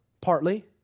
Partly